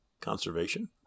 conservation